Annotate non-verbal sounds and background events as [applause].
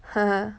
[laughs]